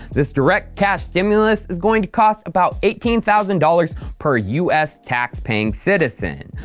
this direct cash stimulus is going to cost about eighteen thousand dollars per us tax paying citizen.